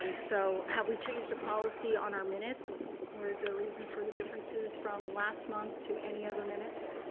um so have we changed the policy on our minutes or is there a reason for the differences from last month to any other minutes?